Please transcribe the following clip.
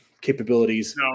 capabilities